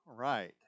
Right